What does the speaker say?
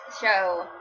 show